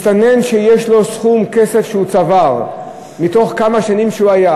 שיש לו סכום כסף שהוא צבר בתוך כמה שנים שהוא היה,